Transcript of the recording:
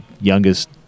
youngest